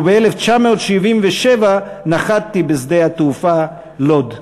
וב-1977 נחתתי בשדה התעופה לוד".